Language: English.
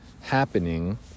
happening